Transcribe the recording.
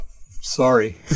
Sorry